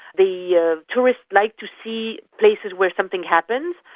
the yeah tourists like to see places where something happened,